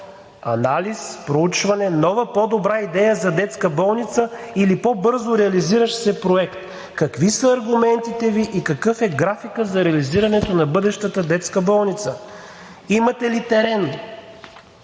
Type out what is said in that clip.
анализ, проучване, нова по-добра идея за детска болница или по-бързо реализиращ се проект?! Какви са аргументите Ви и какъв е графикът за реализирането на бъдещата детска болница? Имате ли терен,